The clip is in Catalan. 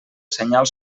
senyal